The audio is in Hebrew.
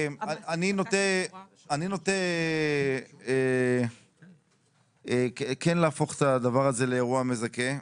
אני נוטה כן להפוך את הדבר הזה לאירוע מזכה.